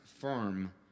firm